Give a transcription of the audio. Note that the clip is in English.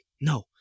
no